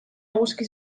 eguzki